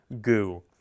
goo